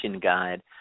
guide